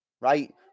right